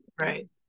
Right